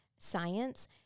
science